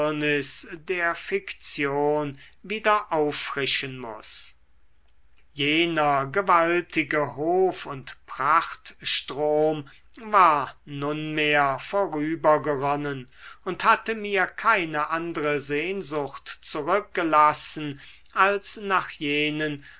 der fiktion wieder auffrischen muß jener gewaltige hof und prachtstrom war nunmehr vorübergeronnen und hatte mir keine andre sehnsucht zurückgelassen als nach jenen